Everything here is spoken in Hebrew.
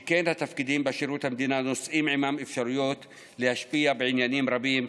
שכן התפקידים בשירות המדינה נושאים עימם אפשרויות להשפיע בעניינים רבים,